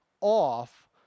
off